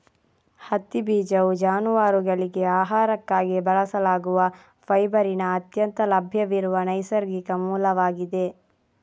ಹತ್ತಿ ಬೀಜವು ಜಾನುವಾರುಗಳಿಗೆ ಆಹಾರಕ್ಕಾಗಿ ಬಳಸಲಾಗುವ ಫೈಬರಿನ ಅತ್ಯಂತ ಲಭ್ಯವಿರುವ ನೈಸರ್ಗಿಕ ಮೂಲವಾಗಿದೆ